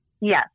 Yes